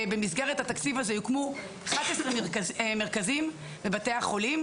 במסגרת התקציב הזה יוקמו 11 מרכזים בבתי החולים,